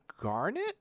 Garnet